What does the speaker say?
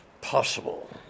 possible